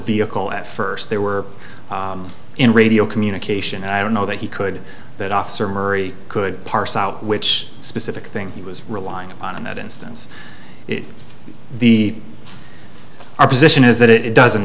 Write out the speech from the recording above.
vehicle at first they were in radio communication and i don't know that he could that officer murray could parse out which specific thing he was relying on in that instance the our position is that it doesn't